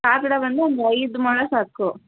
ಕಾಕಡ ಬಂದು ಒಂದು ಐದು ಮೊಳ ಸಾಕು